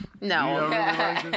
No